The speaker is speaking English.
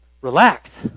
relax